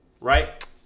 right